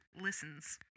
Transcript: listens